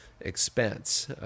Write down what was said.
expense